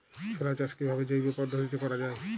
ছোলা চাষ কিভাবে জৈব পদ্ধতিতে করা যায়?